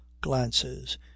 glances